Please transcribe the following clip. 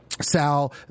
Sal